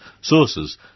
sources